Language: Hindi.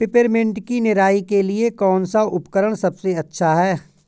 पिपरमिंट की निराई के लिए कौन सा उपकरण सबसे अच्छा है?